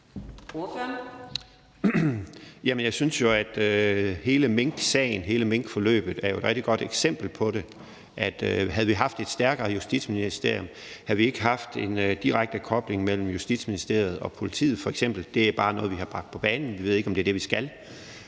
jeg synes jo, at hele minksagen, hele minkforløbet, er et rigtig godt eksempel på det. Havde vi haft et stærkere Justitsministerium og havde vi ikke haft en direkte kobling mellem Justitsministeriet og politiet f.eks. – det er bare noget, vi har bragt på banen; vi ved ikke, om det er det, vi skal